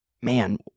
Man